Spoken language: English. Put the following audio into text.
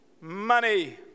money